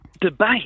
debate